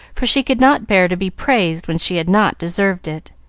for she could not bear to be praised when she had not deserved it.